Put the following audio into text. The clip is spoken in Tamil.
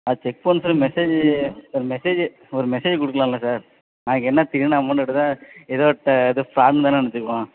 அது செக் பண்ண சொல்லி மெசேஜு ஒரு மெசேஜு ஒரு மெசேஜு கொடுக்கலால்ல சார் நாளைக்கி அமௌண்ட் எடுத்தால் ஏதோ இது ஃபிராடுன்னு தானே நினச்சிக்குவோம்